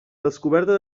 descoberta